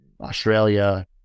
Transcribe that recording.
Australia